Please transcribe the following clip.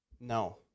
No